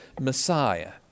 Messiah